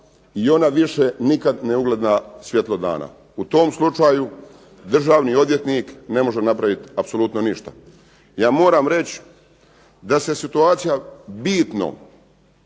i ona više nikada ne ugleda svjetlo dana. U tom slučaju državni odvjetnik ne može napraviti apsolutno ništa. Ja moram reći da se situacija vidno,